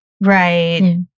Right